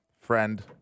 friend